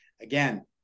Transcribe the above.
Again